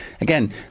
again